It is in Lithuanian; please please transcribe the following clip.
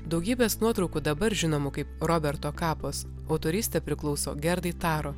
daugybės nuotraukų dabar žinomų kaip roberto kapos autorystė priklauso gerdai taro